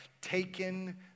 taken